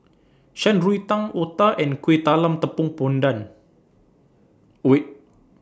Shan Rui Tang Otah and Kuih Talam Tepong Pandan